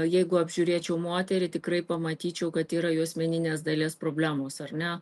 jeigu apžiūrėčiau moterį tikrai pamatyčiau kad yra juosmeninės dalies problemos ar ne